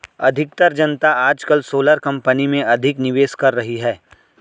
अधिकतर जनता आजकल सोलर कंपनी में अधिक निवेश कर रही है